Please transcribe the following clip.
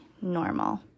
normal